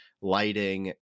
lighting